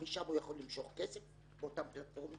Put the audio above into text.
משם הוא יכול למשוך כסף באותן פלטפורמות